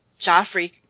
Joffrey